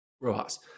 Rojas